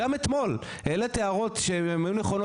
גם אתמול העלית הערות שהם היו נכונות,